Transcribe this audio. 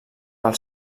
pel